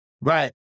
right